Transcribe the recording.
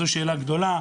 זו שאלה גדולה,